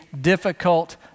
difficult